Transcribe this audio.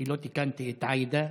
כי לא תיקנתי את עאידה.